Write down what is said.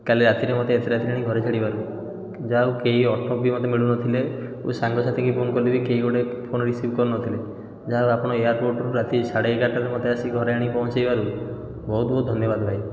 କାଲି ରାତିରେ ମୋତେ ଏତେ ରାତିରେ ନେଇ ଘରେ ଛାଡ଼ିବାରୁ ଯାହା ହେଉ କେହି ଅଟୋ ବି ମୋତେ ମିଳୁନଥିଲେ କେଉଁ ସାଙ୍ଗସାଥୀଙ୍କୁ ଫୋନ୍ କଲେ ବି କେହି ବି ଗୋଟେ ଫୋନ୍ ରିସିଭ କରୁନଥିଲେ ଯାହାହେଉ ଆପଣ ଏୟାରପୋର୍ଟରୁ ରାତି ସାଢ଼େ ଏଗାରଟାରୁ ମୋତେ ଆସି ଘରେ ଆଣି ପହଞ୍ଚେଇବାରୁ ବହୁତ ବହୁତ ଧନ୍ୟବାଦ ଭାଇ